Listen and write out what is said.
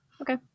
Okay